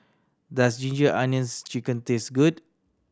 does Ginger Onions Chicken taste good